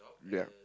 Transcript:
yeah